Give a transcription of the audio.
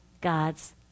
god's